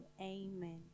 Amen